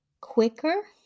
quicker